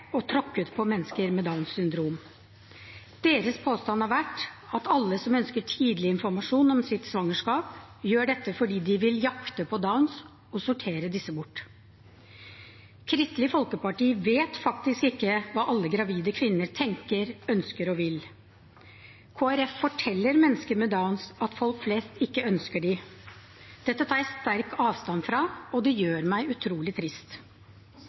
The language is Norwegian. og tråkket på mennesker med Downs syndrom. Deres påstand har vært at alle som ønsker tidlig informasjon om sitt svangerskap, gjør dette fordi de vil jakte på mennesker mede downs og sortere disse bort. Kristelig folkeparti vet faktisk ikke hva alle gravide kvinner tenker, ønsker og vil. Kristelig folkeparti forteller mennesker med downs at folk flest ikke ønsker dem. Dette tar jeg sterkt avstand fra, og det gjør meg utrolig trist.